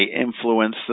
influence